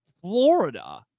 Florida